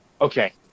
Okay